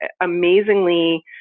amazingly